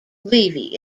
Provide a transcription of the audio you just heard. levy